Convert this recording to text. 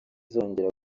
izongera